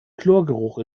chlorgeruch